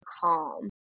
calm